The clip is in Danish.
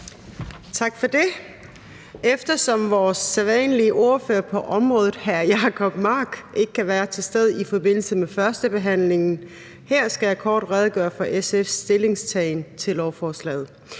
Tak for det. Eftersom vores sædvanlige ordfører på området, hr. Jacob Mark, ikke kan være til stede i forbindelse med førstebehandlingen her, skal jeg kort redegøre for SF's stillingtagen til lovforslaget.